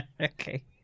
Okay